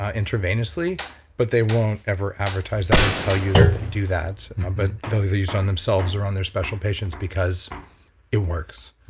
ah intravenously but they won't ever advertise that or tell you that they do that but they usually use it on themselves or on their special patients because it works.